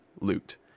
Loot